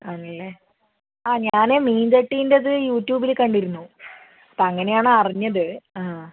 ആണല്ലേ ആ ഞാൻ മീൻ ചട്ടീൻ്റെ അത് യൂട്യൂബിൽ കണ്ടിരുന്നു അപ്പം അങ്ങനെയാണ് അറിഞ്ഞത് ആ